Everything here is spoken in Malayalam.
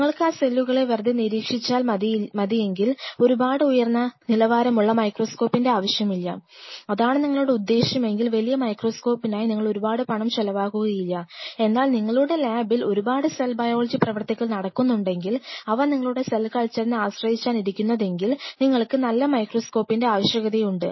നിങ്ങൾക്ക് ആ സെല്ലുകളെ വെറുതെ നിരീക്ഷിച്ചാൽ മതിയെങ്കിൽ ഒരുപാട് ഉയർന്ന നിലവാരമുള്ള മൈക്രോസ്കോപ്പിൻറെ ആവശ്യമില്ല അതാണ് നിങ്ങളുടെ ഉദ്ദേശമെങ്കിൽ വലിയ മൈക്രോസ്കോപ്പിനായി നിങ്ങൾ ഒരുപാട് പണം ചിലവാക്കുകയില്ല എന്നാൽ നിങ്ങളുടെ ലാബിൽ ഒരുപാട് സെൽ ബയോളജി പ്രവർത്തികൾ നടക്കുന്നുണ്ടെങ്കിൽ അവ നിങ്ങളുടെ സെൽ കൾച്ചറിനെ ആശ്രയിച്ചാണിരിക്കുന്നതെങ്കിൽ നിങ്ങൾക്ക് നല്ല മൈക്രോസ്കോപ്പിൻറെ ആവശ്യകതയുണ്ട്